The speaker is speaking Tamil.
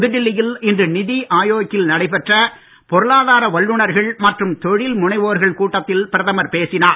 புதுடில்லியில் இன்று நிதி ஆயோக்கில் நடைபெற்ற பொருளாதார வல்லுநர்கள் மற்றும் தொழில் முனைவோர் கூட்டத்தில் பிரதமர் பேசினார்